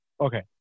Okay